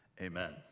Amen